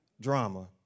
Drama